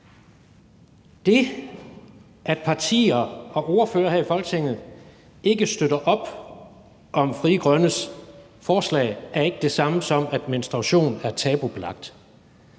Det, at partier og ordførere her i Folketinget ikke støtter op om Frie Grønnes forslag, er ikke det samme som, at menstruation er tabubelagt.